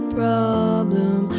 problem